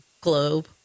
globe